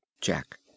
Jack